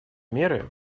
меры